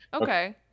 okay